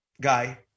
guy